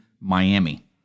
Miami